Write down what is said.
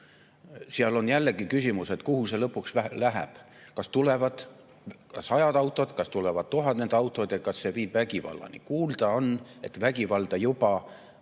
Seal on jällegi küsimus, et kuhu see lõpuks välja läheb – kas tulevad sajad autod, kas tulevad tuhanded autod ja kas see viib vägivallani. Kuulda on, et vägivalda juba